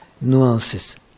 nuances